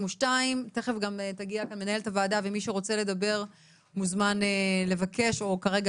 תכף גם תגיע מנהלת הוועדה ומי שרוצה לדבר מוזמן לבקש או כרגע